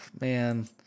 Man